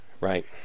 right